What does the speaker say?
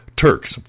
Turks